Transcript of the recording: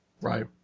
right